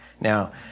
Now